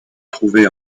trouvait